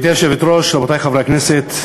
גברתי היושבת-ראש, רבותי חברי הכנסת,